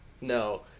no